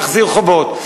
מחזיר חובות.